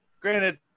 granted